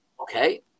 Okay